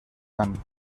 dan